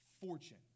fortune